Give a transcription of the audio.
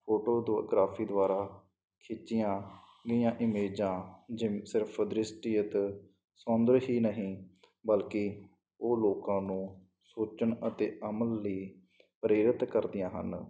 photo ਦੋ ਗ੍ਰਾਫੀ ਦੁਆਰਾ ਖਿੱਚੀਆਂ ਗਈਆਂ ਇਮੇਜਾਂ ਜਿਵੇਂ ਸਿਰਫ਼ ਦ੍ਰਿਸ਼ਟੀਅਤ ਸੁੰਦਰ ਹੀ ਨਹੀਂ ਬਲਕਿ ਉਹ ਲੋਕਾਂ ਨੂੰ ਸੋਚਣ ਅਤੇ ਅਮਲ ਲਈ ਪ੍ਰੇਰਿਤ ਕਰਦੀਆਂ ਹਨ